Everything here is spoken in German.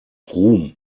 ruhm